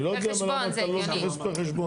אני לא יודע למה אתה לא מתייחס פר חשבון.